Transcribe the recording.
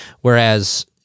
Whereas